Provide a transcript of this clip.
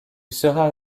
sera